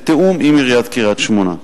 בתיאום עם עיריית קריית-שמונה.